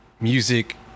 music